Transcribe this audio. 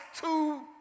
two